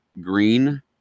green